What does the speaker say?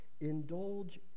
Indulge